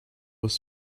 was